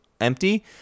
empty